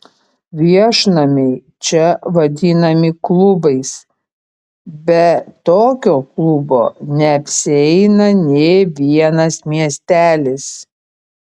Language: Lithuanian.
viešnamiai čia vadinami klubais be tokio klubo neapsieina nė vienas miestelis